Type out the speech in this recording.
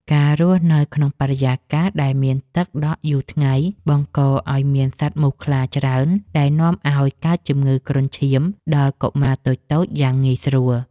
ការរស់នៅក្នុងបរិយាកាសដែលមានទឹកដក់យូរថ្ងៃ បង្កឱ្យមានសត្វមូសខ្លាច្រើន ដែលនាំឱ្យកើតជំងឺគ្រុនឈាមដល់កុមារតូចៗយ៉ាងងាយស្រួល។